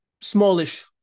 smallish